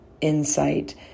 insight